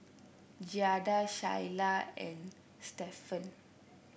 Giada Shyla and Stephan